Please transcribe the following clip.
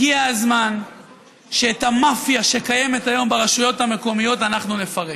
הגיע הזמן שאת המאפיה שקיימת היום ברשויות המקומיות אנחנו נפרק.